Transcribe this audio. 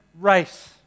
race